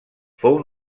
fou